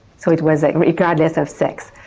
so it was regardless of sex.